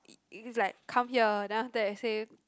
he's like come here then after that say